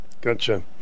Gotcha